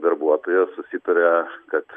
darbuotojas susitaria kad